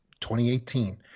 2018